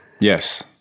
Yes